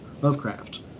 lovecraft